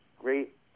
great